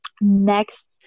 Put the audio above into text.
Next